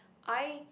I